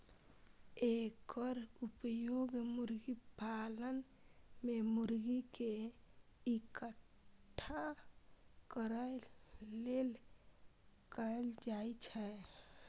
एकर उपयोग मुर्गी पालन मे मुर्गी कें इकट्ठा करै लेल कैल जाइ छै